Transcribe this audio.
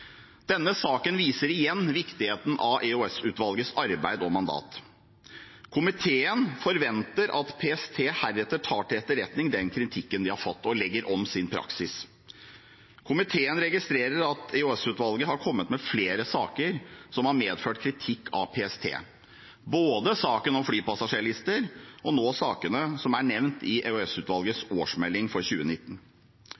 Denne saken viser igjen viktigheten av EOS-utvalgets arbeid og mandat. Komiteen forventer at PST heretter tar til etterretning den kritikken de har fått, og legger om sin praksis. Komiteen registrerer at EOS-utvalget har kommet med flere saker som har medført kritikk av PST, både saken om flypassasjerlister og nå sakene som er nevnt i